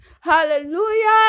hallelujah